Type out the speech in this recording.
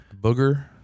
Booger